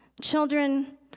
Children